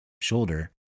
shoulder